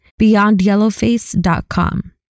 beyondyellowface.com